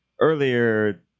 earlier